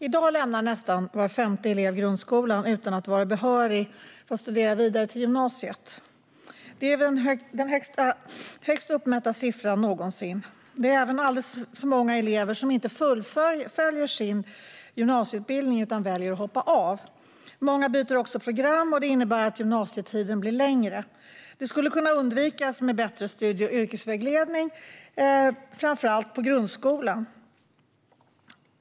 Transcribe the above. I dag lämnar nästan var femte elev grundskolan utan att vara behörig att studera vidare på gymnasiet. Det är den högsta uppmätta siffran någonsin. Det är även alldeles för många elever som inte fullföljer sin gymnasieutbildning utan väljer att hoppa av. Många byter också program, och det innebär att gymnasietiden blir längre. Detta skulle kunna undvikas med bättre studie och yrkesvägledning, framför allt i grundskolan.